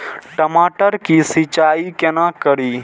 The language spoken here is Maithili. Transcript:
टमाटर की सीचाई केना करी?